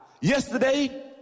yesterday